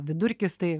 vidurkis tai